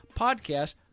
podcast